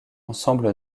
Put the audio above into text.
ensemble